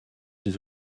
des